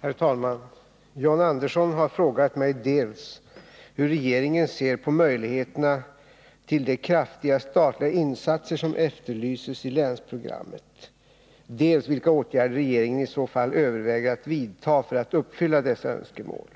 Herr talman! John Andersson har frågat mig dels hur regeringen ser på möjligheterna till de kraftiga statliga insatser som efterlyses i länsprogrammet, dels vilka åtgärder regeringen i så fall överväger att vidta för att uppfylla dessa önskemål.